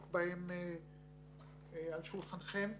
אנחנו כבר שלוש קדנציות בכנסת.